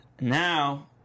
Now